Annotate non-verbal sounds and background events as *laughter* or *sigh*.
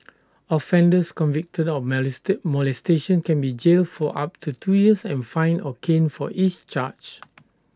offenders convicted of *unintelligible* molestation can be jailed for up to two years and fined or caned for each charge